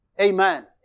Amen